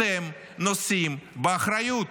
אתם נושאים באחריות